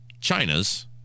China's